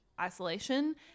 isolation